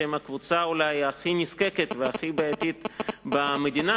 שהם הקבוצה הכי נזקקת והכי בעייתית במדינה,